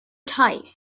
type